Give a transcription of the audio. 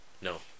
No